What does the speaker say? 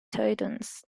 titans